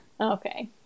Okay